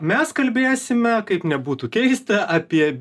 mes kalbėsime kaip nebūtų keista apie